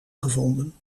gevonden